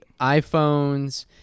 iPhones